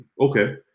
Okay